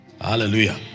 Hallelujah